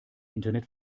internet